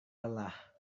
lelah